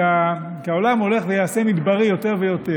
כי העולם הולך ונעשה מדברי יותר ויותר,